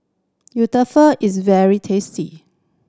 is very tasty